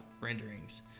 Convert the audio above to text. renderings